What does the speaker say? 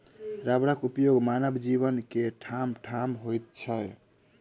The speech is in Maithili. रबरक उपयोग मानव जीवन मे ठामठाम होइत छै